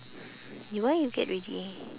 you why you get ready